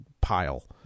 pile